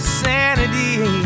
sanity